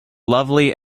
lovely